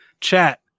Chat